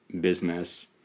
business –